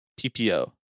PPO